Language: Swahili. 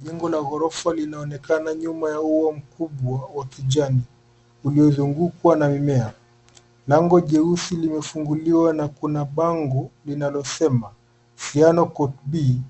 Jengo la ghorofa linaonekana nyuma ya ua mkubwa wa kijani uliozungukwa na mimea. Lango jeusi limefunguliwa na kuna bango linalosema Siano Court B